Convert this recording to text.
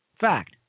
Fact